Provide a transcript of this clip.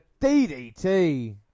DDT